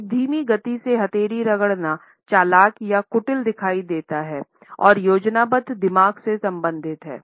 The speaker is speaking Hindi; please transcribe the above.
एक धीमी गति से हथेली रगड़ना चालाक या कुटिल दिखाई देती है और योजनाबद्ध दिमाग से संबंधित है